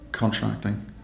contracting